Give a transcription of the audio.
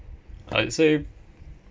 I'd say